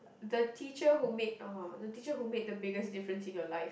the teacher who make !aww! the teacher who make the biggest different in your life